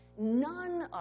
None